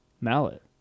Mallet